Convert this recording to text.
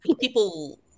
People